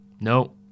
No